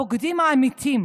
הבוגדים האמיתיים